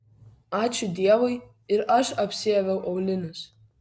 ačiū dievui ir aš apsiaviau aulinius